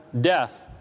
death